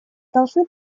должны